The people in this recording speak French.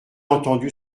entendu